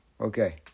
Okay